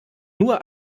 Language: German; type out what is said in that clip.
nur